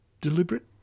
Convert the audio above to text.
Deliberate